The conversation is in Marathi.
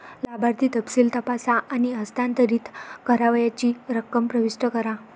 लाभार्थी तपशील तपासा आणि हस्तांतरित करावयाची रक्कम प्रविष्ट करा